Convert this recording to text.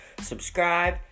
Subscribe